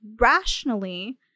rationally